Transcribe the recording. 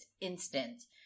instance